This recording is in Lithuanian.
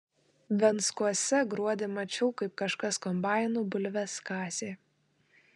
venckuose gruodį mačiau kaip kažkas kombainu bulves kasė